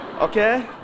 Okay